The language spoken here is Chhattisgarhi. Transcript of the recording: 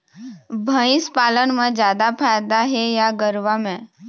भंइस पालन म जादा फायदा हे या गरवा में?